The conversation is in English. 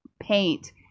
paint